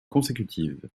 consécutive